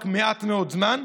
רק מעט מאוד זמן.